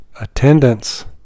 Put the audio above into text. Attendance